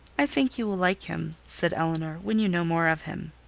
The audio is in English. i think you will like him, said elinor, when you know more of him.